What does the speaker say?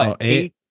Eight